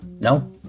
No